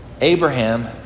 Abraham